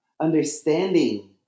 understanding